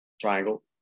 triangle